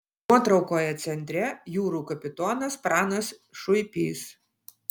nuotraukoje centre jūrų kapitonas pranas šuipys